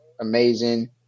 amazing